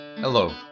Hello